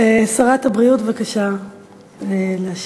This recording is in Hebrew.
שרת הבריאות, בבקשה להשיב.